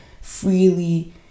freely